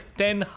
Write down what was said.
ten